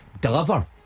deliver